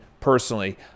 personally